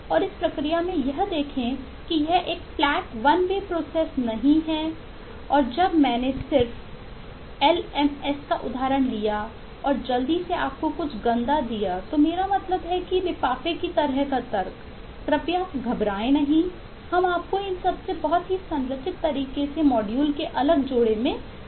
और इस प्रक्रिया में यह देखें कि यह एक फ्लैट वन वे प्रोसेस के अगले जोड़े में ले जाएंगे